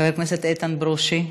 חבר הכנסת איתן ברושי,